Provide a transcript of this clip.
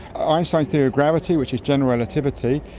einstein's theory of gravity, which is general relativity,